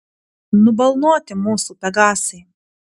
nubalnoti mūsų pegasai